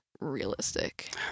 realistic